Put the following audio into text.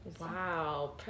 Wow